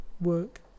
work